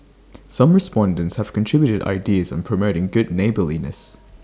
some respondents have contributed ideas on promoting good neighbourliness